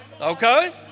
Okay